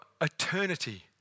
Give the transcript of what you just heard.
eternity